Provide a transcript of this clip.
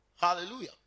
Hallelujah